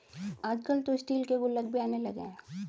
आजकल तो स्टील के गुल्लक भी आने लगे हैं